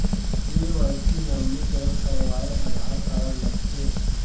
KYC नवीनीकरण करवाये Aadhaar card लगथे?